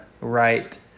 right